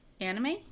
anime